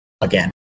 again